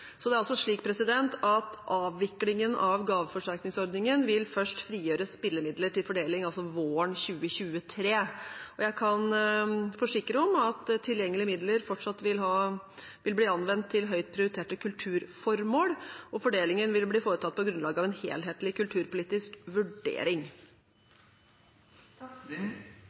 Så avviklingen av gaveforsterkningsordningen vil først frigjøre spillemidler til fordeling våren 2023. Jeg kan forsikre om at tilgjengelige midler fortsatt vil bli anvendt til høyt prioriterte kulturformål, og fordelingen vil bli foretatt på grunnlag av en helhetlig kulturpolitisk vurdering.